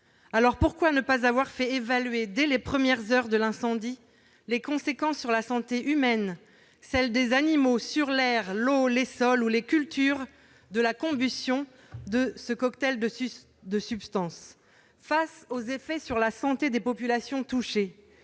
Alors, pourquoi ne pas avoir fait évaluer dès les premières heures de l'incendie les conséquences sur la santé humaine et des animaux, sur l'air, l'eau, les sols ou les cultures de la combustion de ce cocktail de substances ? Face aux effets sur la santé des populations touchées,